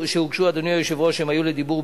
אדוני יושב-ראש הכנסת,